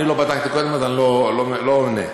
אני לא בדקתי קודם, אז אני לא עונה.